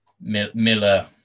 Miller